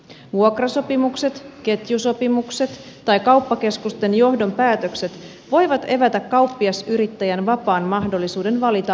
vuokrasopimukset ketjusopimukset tai kauppakeskusten johdon päätökset voivat evätä kauppiasyrittäjän vapaan mahdollisuuden valita aukiolonsa